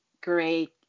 great